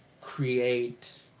create